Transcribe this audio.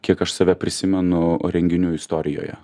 kiek aš save prisimenu renginių istorijoje